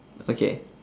okay